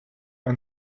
and